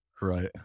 Right